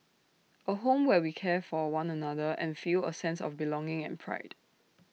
A home where we care for one another and feel A sense of belonging and pride